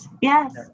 yes